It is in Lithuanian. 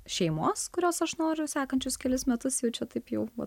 šeimos kurios aš noriu sekančius kelis metus jaučiu taip jau va